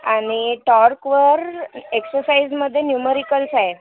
आणि टॉर्कवर एक्सरसाइजमध्ये न्यूमेरिकल्स आहेत